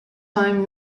time